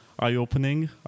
eye-opening